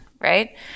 right